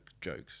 jokes